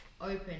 open